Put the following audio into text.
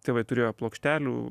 tėvai turėjo plokštelių